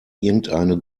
irgendeine